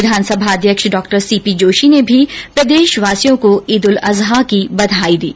विधानसभा अध्यक्ष डॉ C P Joshi ने भी प्रदेशवासियों को ईद उल अजहा की बधाई दी है